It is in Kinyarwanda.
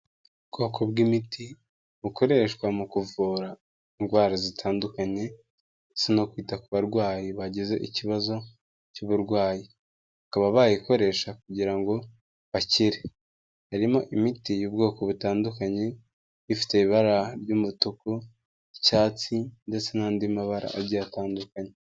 Ubwoko bw'imiti bukoreshwa mu kuvura indwara zitandukanye ndetse no kwita ku barwayi bagize ikibazo cy'uburwayi, bakaba bayikoresha kugira ngo bakire, harimo imiti y'ubwoko butandukanye, ifite ibara ry'umutuku, icyatsi ndetse n'andi mabara agiye atandukanye.